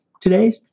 today